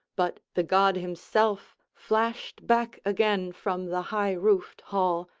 but the god himself flashed back again from the high-roofed hall,